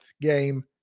game